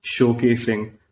showcasing